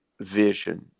vision